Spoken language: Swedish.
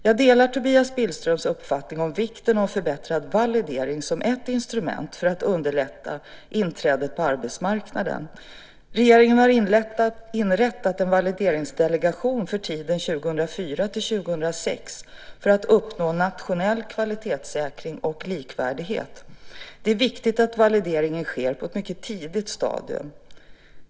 Jag delar Tobias Billströms uppfattning om vikten av förbättrad validering som ett instrument för att underlätta inträdet på arbetsmarknaden. Regeringen har inrättat en valideringsdelegation för tiden 2004-2006 för att uppnå nationell kvalitetssäkring och likvärdighet. Det är viktigt att valideringen sker på ett mycket tidigt stadium.